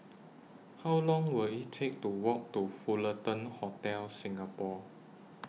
How Long Will IT Take to Walk to The Fullerton Hotel Singapore